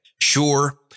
Sure